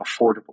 affordable